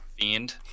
fiend